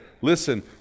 listen